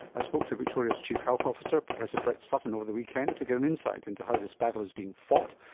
i spoke to victoria's chief health officer professor brett sutton over the weekend to get an insight into how this battle is being fought,